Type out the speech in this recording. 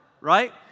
right